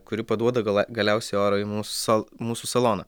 kuri paduoda gala galiausiai orai mus į mūsų saloną